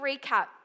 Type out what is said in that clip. recap